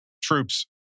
troops